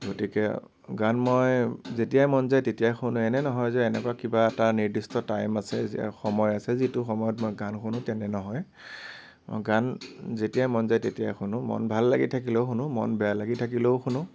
গতিকে গান মই যেতিয়াই মন যায় তেতিয়াই শুনো এনে নহয় যে এনেকুৱা কিবা এটা নিৰ্দিষ্ট টাইম আছে সময় আছে যিটো সময়ত মই গান শুনো তেনে নহয় মই গান যেতিয়াই মন যায় তেতিয়াই শুনো মন ভাল লাগি থাকিলেও শুনো মন বেয়া লাগি থাকিলেও শুনো